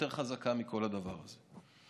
יותר חזקה מכל הדבר הזה.